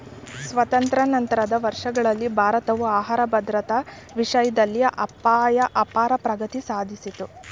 ಸ್ವಾತಂತ್ರ್ಯ ನಂತರದ ವರ್ಷಗಳಲ್ಲಿ ಭಾರತವು ಆಹಾರ ಭದ್ರತಾ ವಿಷಯ್ದಲ್ಲಿ ಅಪಾರ ಪ್ರಗತಿ ಸಾದ್ಸಿತು